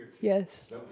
Yes